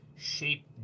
shape